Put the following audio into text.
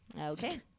Okay